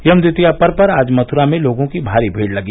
यम द्वितीया पर्व पर आज मथुरा में लोगों की भारी भीड़ लगी